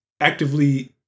actively